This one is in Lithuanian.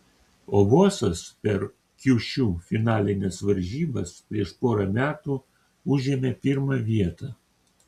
o bosas per kiušiu finalines varžybas prieš porą metų užėmė pirmą vietą